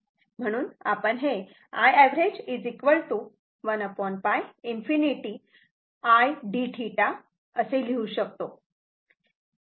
म्हणून आपण हे Iav 1 π ⨑ i dθ असे लिहू शकतो